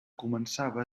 començava